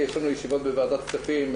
כי יש לנו ישיבה בוועדת כספים.